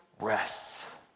rests